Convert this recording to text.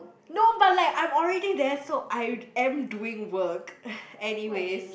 no but like I'm already there so I am doing work anyways